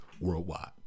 worldwide